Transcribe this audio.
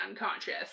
unconscious